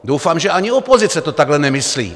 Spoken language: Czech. Doufám, že ani opozice to takhle nemyslí.